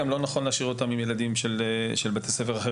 גם לא נכון להשאיר אותם עם ילדים בבתי ספר.